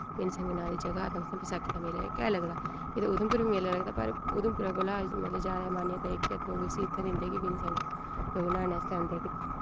बिनिसंग नांऽ दी जगह् ते उत्थै बसाखी दा मेला जेह्का ऐ लगदा इद्धर उधमपुर बी मेला लगदा पर उधमपुरे कोला मतलब जैदा मानता जेह्की ऐ लोक इस्सी इत्थै दिंदे बिनिसंग लोक नह्यने आस्तै औंदे